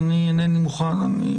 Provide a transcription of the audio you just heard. אני אומר מראש,